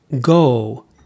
go